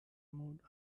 moved